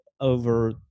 over